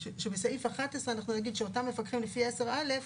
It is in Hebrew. שבסעיף 11 אנחנו נגיד שאותם מפקחים לפי 10א,